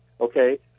okay